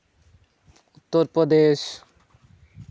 Uttar Pradesh